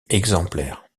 exemplaires